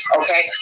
okay